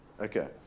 okay